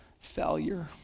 failure